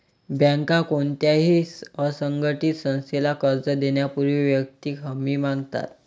बँका कोणत्याही असंघटित संस्थेला कर्ज देण्यापूर्वी वैयक्तिक हमी मागतात